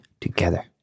together